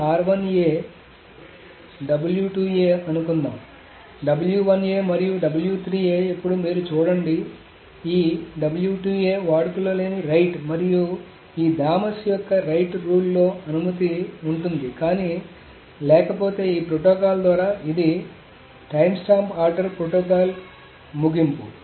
ఈ అనుకుందాం మరియు ఇప్పుడు మీరు చూడండి ఈ వాడుకలో లేని రైట్ మరియు ఈ థామస్ యొక్క రైట్ రూల్ లో అనుమతి ఉంటుంది కానీ లేకపోతే ఈ ప్రోటోకాల్ ద్వారా అది ఇది టైమ్స్టాంప్ ఆర్డర్ ప్రోటోకాల్ల ముగింపు